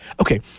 Okay